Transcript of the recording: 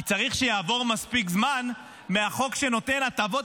כי צריך שיעבור מספיק זמן מהחוק שנותן הטבות